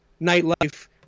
Nightlife